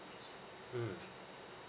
mm